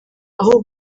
aho